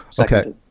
Okay